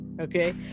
Okay